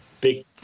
Big